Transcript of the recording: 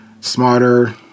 smarter